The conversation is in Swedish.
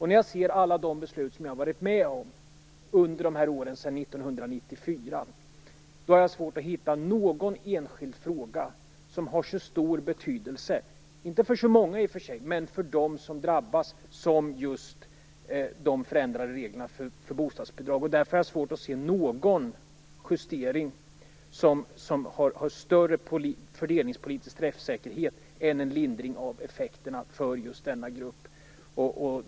När jag ser alla de beslut som jag har varit med om under åren sedan 1994 har jag svårt att hitta någon enskild fråga som har så stor betydelse för dem som drabbas - kanske inte så många i och för sig - som just de förändrade reglerna för bostadsbidrag. Därför har jag svårt att se någon justering som har större fördelningspolitisk träffsäkerhet än en lindring av effekterna för just denna grupp.